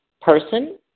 person